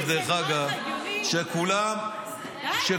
שכולם --- תגיד, זה נראה לך הגיוני?